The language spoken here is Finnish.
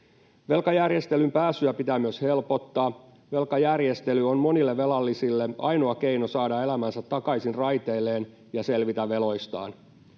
Velkajärjestelyyn pääsyä pitää myös helpottaa. Velkajärjestely on monille velallisille ainoa keino saada elämänsä takaisin raiteilleen ja selvitä veloistaan.